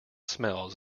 smells